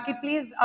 please